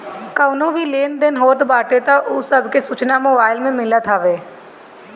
कवनो भी लेन देन होत बाटे उ सब के सूचना मोबाईल में मिलत हवे